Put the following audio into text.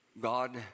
God